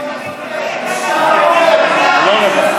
הכי אכזר שהיה פה, הכי אכזר.